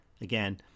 Again